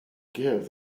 give